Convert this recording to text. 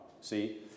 See